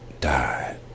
died